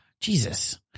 Jesus